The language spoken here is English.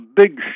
big